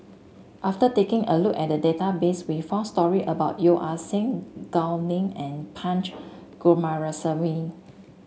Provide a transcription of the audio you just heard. after taking a look at the database we found story about Yeo Ah Seng Gao Ning and Punch Coomaraswamy